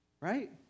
right